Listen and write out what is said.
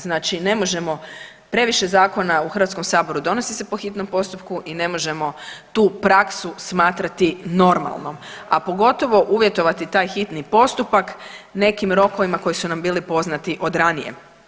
Znači ne možemo previše zakona u Hrvatskom saboru donosi se po hitnom postupku i ne možemo tu praksu smatrati normalnom, a pogotovo uvjetovati taj hitni postupak nekim rokovima koji su nam bili poznati od ranije.